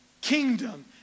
kingdom